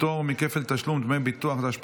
פטור מכפל תשלום דמי ביטוח לאומי),